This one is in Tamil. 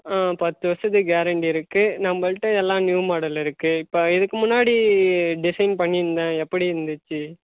ஆ பத்து வருஷத்துக்கு கேரண்டி இருக்கு நம்மள்கிட்ட எல்லாம் நியூ மாடல் இருக்கு இப்போ இதுக்கு முன்னாடி டிசைன் பண்ணிருந்தேன் எப்படி இருந்துச்சு